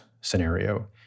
scenario